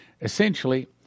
Essentially